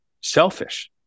selfish